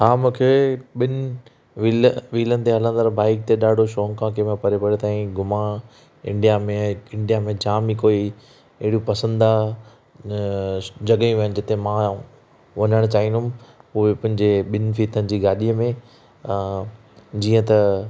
हा मूंखे ॿिनि व्हीलनि ते हलंदड़ बाइक ते ॾाढो शौंकु आहे कि मां परे परे ताईं घुमां इंडिया में इंडिया में जाम ई कोई अहिड़ियूं पसंदा जॻहियूं आहिनि जिते मां वञणु चाहींदुमि उहे पंहिंजे ॿिनि फीथन जी गाॾीअ में आहे जीअं त